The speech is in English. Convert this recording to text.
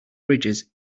bridges